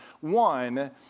One